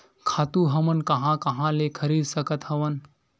खातु हमन कहां कहा ले खरीद सकत हवन?